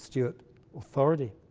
steward authority.